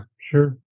sure